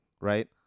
right